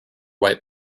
white